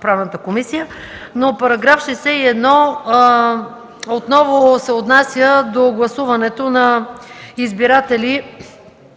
Правната комисия. Но § 61 отново се отнася до гласуването на избиратели